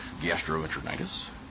gastroenteritis